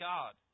God